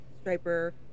striper